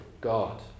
God